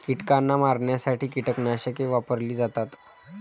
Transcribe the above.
कीटकांना मारण्यासाठी कीटकनाशके वापरली जातात